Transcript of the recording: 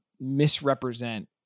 misrepresent